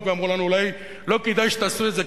ואמרו לנו: אולי לא כדאי שתעשו את זה,